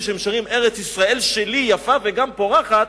שהם שרים "ארץ-ישראל שלי יפה וגם פורחת",